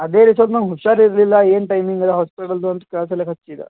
ಅದೇ ರೀ ಸ್ವಲ್ಪ ನಂಗೆ ಹುಷಾರಿರಲಿಲ್ಲ ಏನು ಟೈಮಿಂಗದ ಹಾಸ್ಪಿಟಲ್ದು ಅಂತ ಕೇಳ್ಸಲೀಕೆ ಹಚ್ಚಿದೀಗ